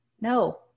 No